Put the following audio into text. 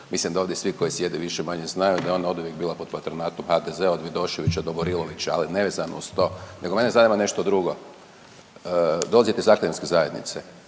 Mislim da ovdje svi koji sjede više-manje znaju da ona je oduvijek bila pod patronatom HDZ-a od Vidoševića do Burilovića, ali nevezano uz to nego mene zanima nešto drugo. Dolazite iz akademske zajednice,